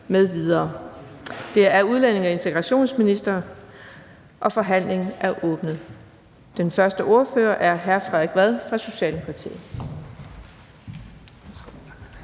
Den fg. formand (Birgitte Vind): Forhandlingen er åbnet. Den første ordfører er hr. Frederik Vad fra Socialdemokratiet.